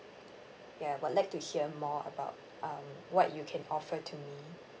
ya I would like to hear more about um what you can offer to me